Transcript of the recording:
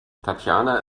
tatjana